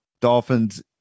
Dolphins